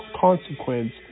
consequence